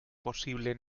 posible